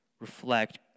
reflect